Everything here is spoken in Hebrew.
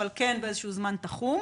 אבל כן באיזשהו זמן תחום,